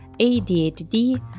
ADHD